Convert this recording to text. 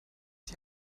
die